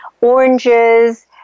oranges